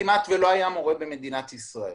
כמעט ולא היה מורה במדינת ישראל